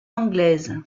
anglaise